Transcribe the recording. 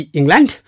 England